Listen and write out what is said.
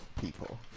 people